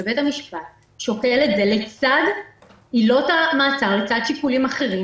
ובית המשפט שוקל את זה לצד עילות המעצר ולצד שיקולים אחרים,